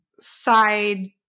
side